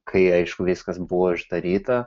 kai aišku viskas buvo uždaryta